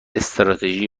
استراتژی